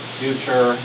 future